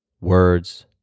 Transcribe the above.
words